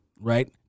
right